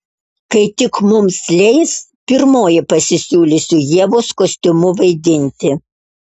kai tik mums leis pirmoji pasisiūlysiu ievos kostiumu vaidinti